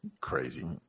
Crazy